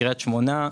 קריית שמונה,